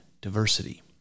diversity